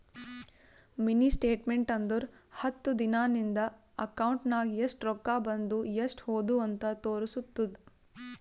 mini statement ಅಂದುರ್ ಹತ್ತು ದಿನಾ ನಿಂದ ಅಕೌಂಟ್ ನಾಗ್ ಎಸ್ಟ್ ರೊಕ್ಕಾ ಬಂದು ಎಸ್ಟ್ ಹೋದು ಅಂತ್ ತೋರುಸ್ತುದ್